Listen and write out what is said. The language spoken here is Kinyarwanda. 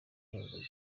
nyabugogo